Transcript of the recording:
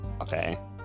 Okay